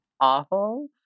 awful